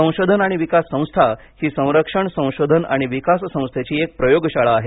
संशोधन आणि विकास संस्था ही संरक्षण संशोधन आणि विकास संस्थेची एक प्रयोगशाळा आहे